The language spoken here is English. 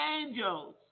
angels